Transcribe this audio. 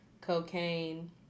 cocaine